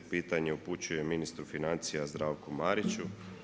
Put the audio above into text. Pitanje upućujem ministru financija Zdravku Mariću.